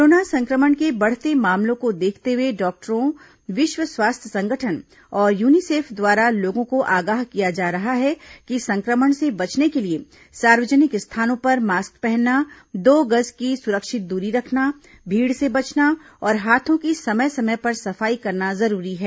corona संक्रमण के बढ़ते मामलों को देखते हुए डॉक्टरों विश्व स्वास्थ्य संगठन और यूनिसेफ द्वारा लोगों को आगाह किया जा रहा है कि संक्रमण से बचने के लिए सार्वजनिक स्थानों पर मास्क पहनना दो गज की सुरक्षित दूरी रखना भीड़ से बचना और हाथों की समय समय पर सफाई करना जरूरी है